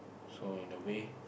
so in a way